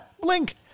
Blink